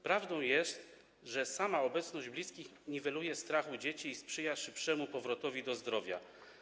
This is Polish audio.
Prawdą jest, że sama obecność bliskich niweluje strach u dzieci i sprzyja szybszemu powrotowi do zdrowia.